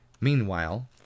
Meanwhile